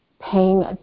paying